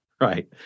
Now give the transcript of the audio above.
right